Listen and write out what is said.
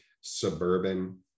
suburban